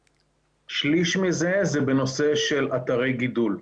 1/3 מזה זה בנושא של אתרי גידול.